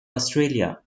australia